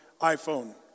iPhone